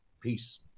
Peace